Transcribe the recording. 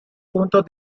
puntos